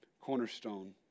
cornerstone